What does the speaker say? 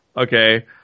Okay